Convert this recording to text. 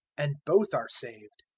and both are saved.